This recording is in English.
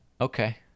Okay